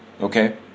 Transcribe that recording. Okay